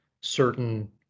certain